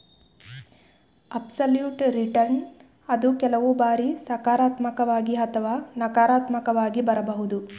absolute return ಅದು ಕೆಲವು ಬಾರಿ ಸಕಾರಾತ್ಮಕವಾಗಿ ಅಥವಾ ನಕಾರಾತ್ಮಕವಾಗಿ ಬರಬಹುದು